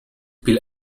peel